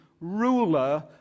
ruler